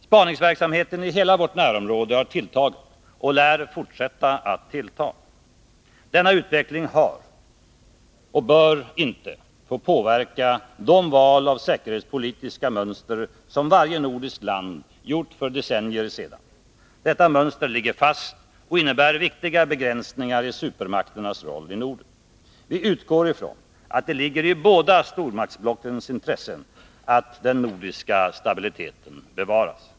Spaningsverksamheten i hela vårt närområde har tilltagit och lär fortsätta att tillta. Denna utveckling har inte påverkats och bör inte få påverka de val av säkerhetspolitiska mönster som varje nordiskt land gjorde för flera decennier sedan. Detta mönster ligger fast och innebär viktiga begränsningar i supermakternas roll i Norden. Vi utgår från att det ligger i båda stormaktsblockens intresse att den nordiska stabiliteten bevaras.